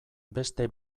beste